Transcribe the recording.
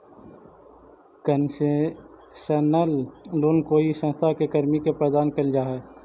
concessional loan कोई संस्था के कर्मी के प्रदान कैल जा हइ